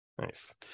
Nice